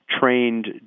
trained